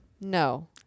no